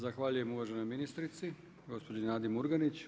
Zahvaljujem uvaženoj ministrici gospođi Nadi Murganić.